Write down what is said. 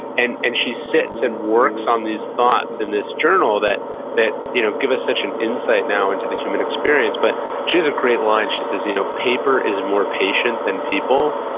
and and she sits and works on these thoughts in this journal that that you know give us such an insight now into the human experience, but she has a great line, she says, you know paper is more patient than people.